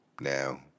now